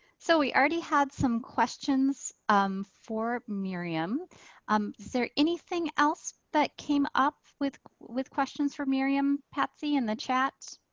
so we already had some questions um for miriam. is um there anything else that came up with with questions for miriam patsy in the chat?